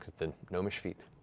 the gnomish feet.